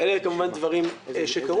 אלה כמובן דברים שקרו.